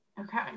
Okay